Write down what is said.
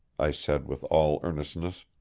i said with all earnestness,